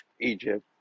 Egypt